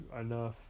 enough